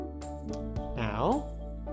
Now